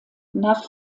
nach